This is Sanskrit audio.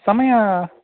समयः